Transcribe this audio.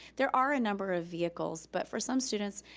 there are a number of vehicles, but for some students,